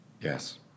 Yes